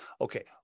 okay